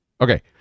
Okay